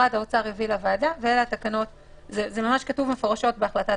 שמשרד האוצר יביא לוועדה וזה ממש כתוב מפורשות בהחלטת